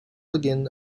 again